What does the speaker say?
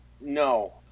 No